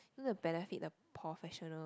you know benefit the professional